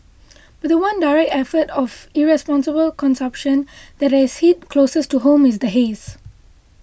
but the one direct effect of irresponsible consumption that has hit closest to home is the haze